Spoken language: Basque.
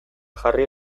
jarri